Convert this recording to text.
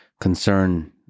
concern